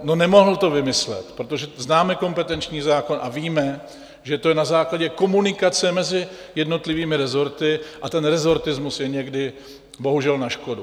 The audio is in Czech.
No, nemohl to vymyslet, protože známe kompetenční zákon a víme, že to je na základě komunikace mezi jednotlivými rezorty a ten rezortismus je někdy bohužel na škodu.